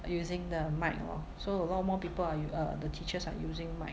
using the mic lor so a lot more people are us~ uh the teachers are using mic